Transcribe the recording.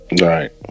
Right